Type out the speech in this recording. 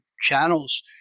channels